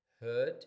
heard